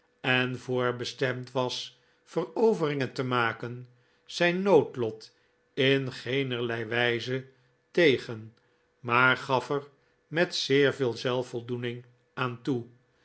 en voorbestemd was veroveringen te maken zijn noodlot in geenerlei wijze tegen maar gaf er met zeer veel zelfvoldoening aan toe